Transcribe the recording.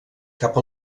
cap